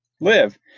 live